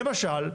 למשל,